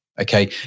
Okay